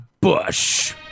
Bush